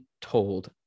told